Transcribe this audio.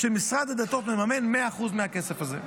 שמשרד הדתות מממן 100% מהכסף הזה.